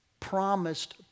Promised